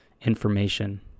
information